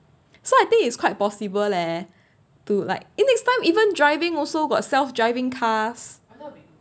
so I think it's quite possible leh to like eh next time even driving also got self driving cars